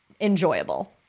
enjoyable